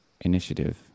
initiative